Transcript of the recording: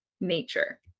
nature